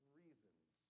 reasons